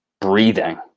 breathing